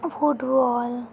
football